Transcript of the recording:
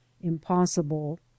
impossible